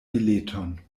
bileton